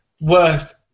worth